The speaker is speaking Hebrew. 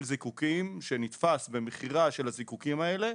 זיקוקין שנתפס במכירה של הזיקוקין האלה.